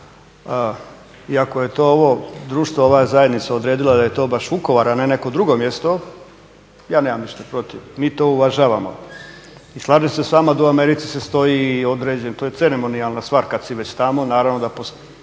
I ako je to ovo društvo, ova zajednica odredila da je to baš Vukovar, a ne neko drugo mjesto ja nemam ništa protiv. Mi to uvažavamo. I slažem se sa vama da u Americi se stoji, to je ceremonijalna stvar kad si već tamo, naravno da postoji